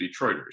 Detroiters